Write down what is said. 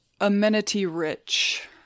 amenity-rich